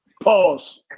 Pause